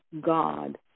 God